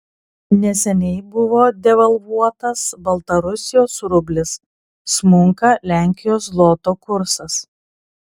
neseniai buvo devalvuotas baltarusijos rublis smunka lenkijos zloto kursas